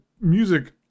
music